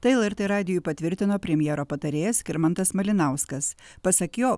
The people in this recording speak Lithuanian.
tai lrt radijui patvirtino premjero patarėjas skirmantas malinauskas pasak jo